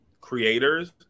creators –